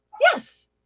Yes